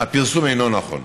הפרסום אינו נכון.